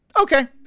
okay